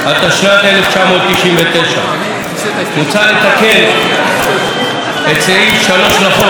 התשנ"ט 1999. מוצע לתקן את סעיף 3 לחוק,